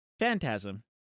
Phantasm